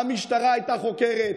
המשטרה הייתה חוקרת,